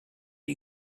you